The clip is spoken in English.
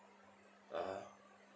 (uh huh)